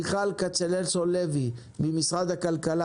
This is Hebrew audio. מיכל כצנלסון לוי ממשרד הכלכלה,